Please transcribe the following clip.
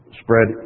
spread